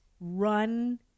run